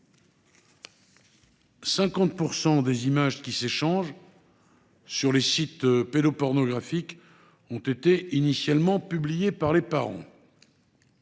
50 % des images qui s’échangent sur les sites pédopornographiques ont été initialement publiées par les parents.